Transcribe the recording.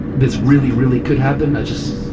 this really, really could happen. i just,